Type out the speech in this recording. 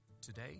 today